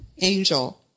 angel